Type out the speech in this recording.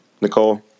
Nicole